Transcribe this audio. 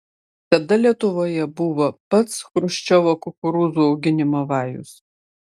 tada lietuvoje buvo pats chruščiovo kukurūzų auginimo vajus